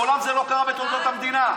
מעולם זה לא קרה בתולדות המדינה.